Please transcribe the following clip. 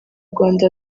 rwanda